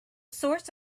source